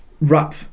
wrap